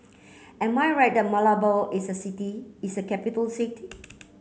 am I right that Malabo is a city is a capital city